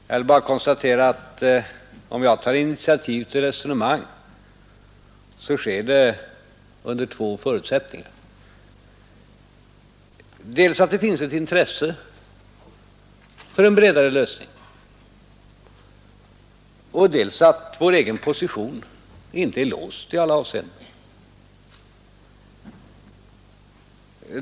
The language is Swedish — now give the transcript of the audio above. Jag vill bara konstatera att om jag tar initiativet till resonemang, så sker det under två förutsättningar: dels att det finns ett intresse för en bredare lösning, dels att vår egen position inte är låst i alla avseenden.